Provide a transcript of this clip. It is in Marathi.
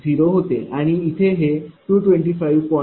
00 होते आणि इथे हे 225